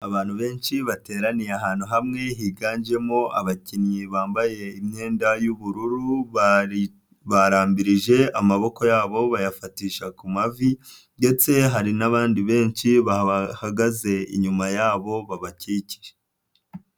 Abantu benshi bateraniye ahantu hamwe, higanjemo abakinnyi bambaye imyenda y'ubururu, bari barambiririje amaboko yabo bayafatisha ku mavi ndetse hari n'abandi benshi bahagaze inyuma yabo babakikije.